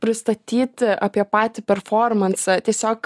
pristatyti apie patį performansą tiesiog